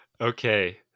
Okay